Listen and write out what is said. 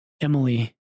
Emily